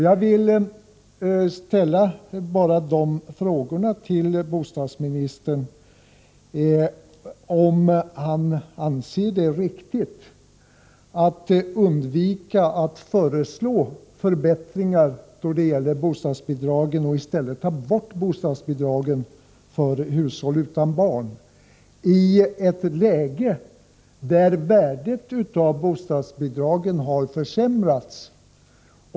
Jag vill först fråga bostadsministern, om han anser det vara riktigt att inte föreslå några förbättringar beträffande bostadsbidragen utan i stället ta bort bostadsbidragen för hushåll utan barn i ett läge där värdet av bidragen har försämrats.